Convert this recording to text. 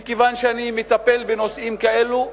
מכיוון שאני מטפל בנושאים כאלה,